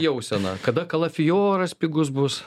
jausena kada kalafioras pigus bus